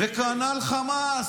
כנ"ל חמאס.